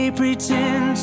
pretend